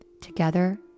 Together